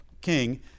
king